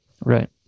Right